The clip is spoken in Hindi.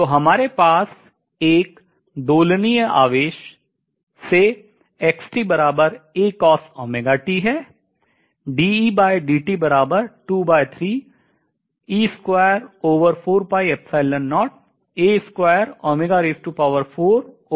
तो हमारे पास एक दोलनीय आवेश से है है